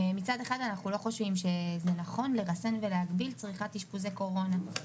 ואני רוצה להגיד לך יושבת ראש הוועדה,